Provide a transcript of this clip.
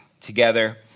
together